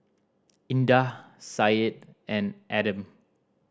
Indah Syed and Adam